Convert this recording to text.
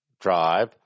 drive